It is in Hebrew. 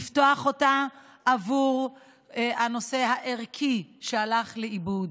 לפתוח אותה עבור הנושא הערכי, שהלך לאיבוד.